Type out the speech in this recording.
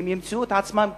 הם ימצאו את עצמם תקועים,